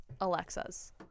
Alexas